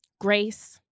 grace